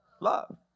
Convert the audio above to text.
love